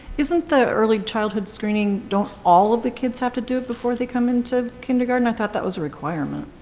isn't the early childhood screening, don't all of the kids have to do it before they come into kindergarten? i thought that was a requirement.